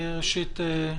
ראשית,